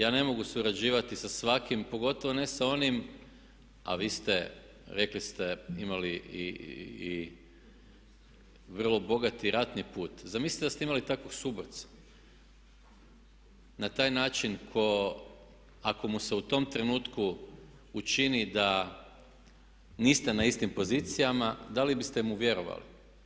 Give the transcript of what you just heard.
Ja ne mogu surađivati sa svakim pogotovo ne sa onim a vi ste rekli ste imali i vrlo bogati ratni put, zamislite da ste imali takve suborce na taj način ako mu se u tom trenutku učini da niste u istim pozicijama da li biste mu vjerovali.